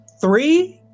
three